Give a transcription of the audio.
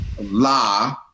La